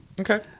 Okay